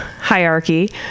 hierarchy